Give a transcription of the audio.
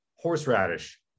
horseradish